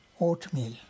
oatmeal